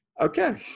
Okay